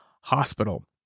hospital